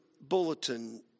bulletin